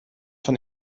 von